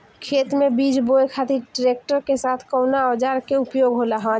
खेत में बीज बोए खातिर ट्रैक्टर के साथ कउना औजार क उपयोग होला?